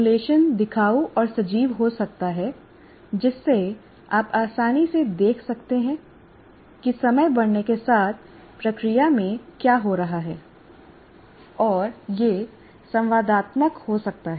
simulation दिखाऊ और सजीव हो सकता है जिससे आप आसानी से देख सकते हैं कि समय बढ़ने के साथ प्रक्रिया में क्या हो रहा है और यह संवादात्मक हो सकता है